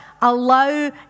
allow